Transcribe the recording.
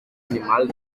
animal